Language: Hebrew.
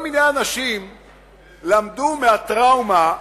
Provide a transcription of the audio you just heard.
כל מיני אנשים למדו מהטראומה,